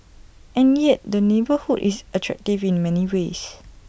and yet the neighbourhood is attractive in many ways